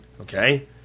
okay